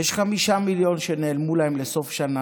יש חמישה מיליון שנעלמו להם בסוף השנה,